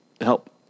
help